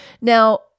Now